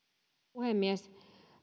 puhemies